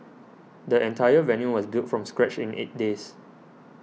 the entire venue was built from scratch in eight days